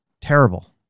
terrible